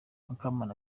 mukamana